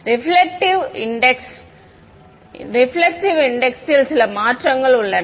reflective index ல் சில மாற்றங்கள் உள்ளன